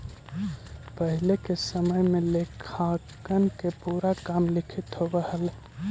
पहिले के समय में लेखांकन के पूरा काम लिखित होवऽ हलइ